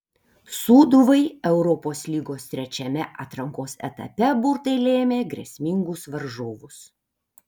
sūduvai europos lygos trečiame atrankos etape burtai lėmė grėsmingus varžovus